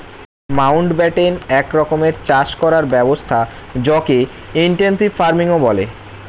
Mountbatten এক রকমের চাষ করার ব্যবস্থা যকে ইনটেনসিভ ফার্মিংও বলে